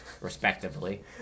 respectively